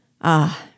Ah